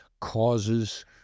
causes